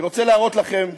אני רוצה להראות לכם,